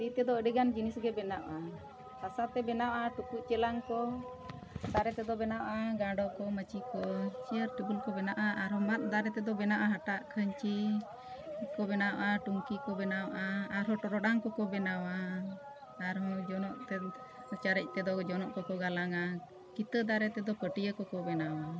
ᱛᱤ ᱛᱮᱫᱚ ᱟᱹᱰᱤ ᱜᱟᱱ ᱡᱤᱱᱤᱥ ᱜᱮ ᱵᱮᱱᱟᱣᱼᱟ ᱦᱟᱥᱟ ᱛᱮ ᱵᱮᱱᱟᱣᱼᱟ ᱴᱩᱠᱩᱡ ᱪᱮᱞᱟᱝ ᱠᱚ ᱫᱟᱨᱮ ᱛᱮᱫᱚ ᱵᱮᱱᱟᱣᱼᱟ ᱜᱟᱰᱚ ᱠᱚ ᱢᱟᱹᱪᱷᱤ ᱠᱚ ᱪᱮᱭᱟᱨ ᱴᱮᱵᱩᱞ ᱠᱚ ᱵᱮᱱᱟᱜᱼᱟ ᱟᱨᱦᱚᱸ ᱢᱟᱜ ᱫᱟᱨᱮ ᱛᱮᱫᱚ ᱵᱮᱱᱟᱜᱼᱟ ᱦᱟᱴᱟᱜ ᱠᱷᱟᱹᱧᱪᱤ ᱠᱚ ᱵᱮᱱᱟᱣᱼᱟ ᱴᱩᱝᱠᱤ ᱠᱚ ᱵᱮᱱᱟᱣᱼᱟ ᱟᱨᱦᱚᱸ ᱴᱚᱨᱚᱰᱟᱝ ᱠᱚᱠᱚ ᱵᱮᱱᱟᱣᱟ ᱟᱨᱦᱚᱸ ᱡᱚᱱᱚᱜ ᱛᱮ ᱪᱟᱨᱮᱡ ᱛᱮᱫᱚ ᱡᱚᱱᱚᱜ ᱠᱚᱠᱚ ᱜᱟᱞᱟᱝᱼᱟ ᱠᱤᱛᱟᱹ ᱫᱟᱨᱮ ᱛᱮᱫᱚ ᱯᱟᱹᱴᱭᱟᱹ ᱠᱚᱠᱚ ᱵᱮᱱᱟᱣᱟ